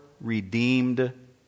redeemed